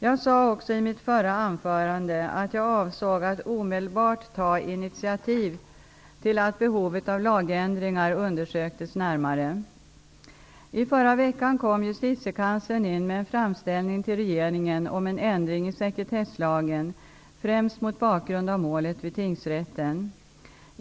Jag sade också i det anförandet att jag avsåg att omedelbart ta initiativ till att behovet av lagändringar undersöktes närmare. I förra veckan kom Justitiekanslern in med en framställning till regeringen om en ändring i sekretesslagen främst mot bakgrund av målet vid tingsrätten.